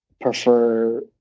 prefer